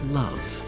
love